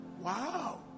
wow